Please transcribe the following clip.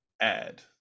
add